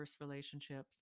relationships